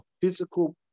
physical